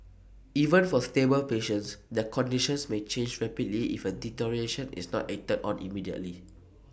even for stable patients their conditions may change rapidly if A deterioration is not acted on immediately